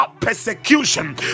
persecution